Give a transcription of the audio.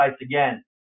again